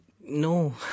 No